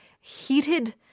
heated